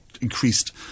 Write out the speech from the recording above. increased